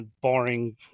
boring